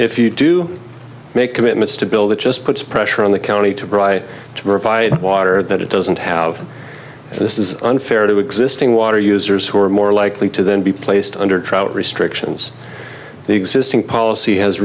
if you do make commitments to build it just puts pressure on the county to provide to provide water that it doesn't have this is unfair to existing water users who are more likely to then be placed under travel restrictions the existing policy has